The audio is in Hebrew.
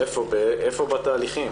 איפה בתהליכים?